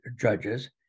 judges